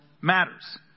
matters